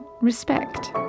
respect